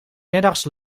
middags